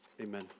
amen